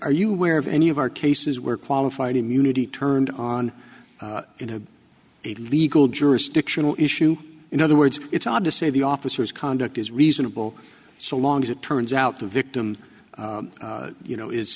are you aware of any of our cases where qualified immunity turned on in a legal jurisdictional issue in other words it's hard to say the officers conduct is reasonable so long as it turns out the victim you know